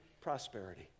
prosperity